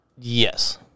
yes